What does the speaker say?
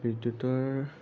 বিদ্য়ুতৰ